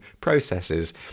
processes